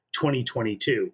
2022